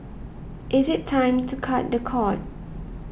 is it time to cut the cord